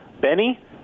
Benny